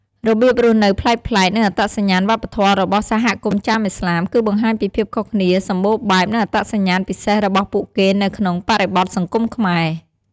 របៀបរស់នៅប្លែកៗ និងអត្តសញ្ញាណវប្បធម៌របស់សហគមន៍ចាមឥស្លាម គឺបង្ហាញពីភាពខុសគ្នា សម្បូរបែប និងអត្តសញ្ញាណពិសេសរបស់ពួកគេនៅក្នុងបរិបទសង្គមខ្មែរ។